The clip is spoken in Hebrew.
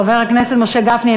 חבר הכנסת משה גפני,